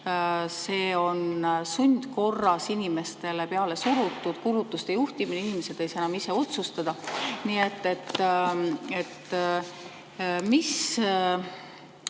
see on sundkorras inimestele peale surutud kulutuste juhtimine, inimesed ei saa enam ise otsustada. Ühesõnaga, kas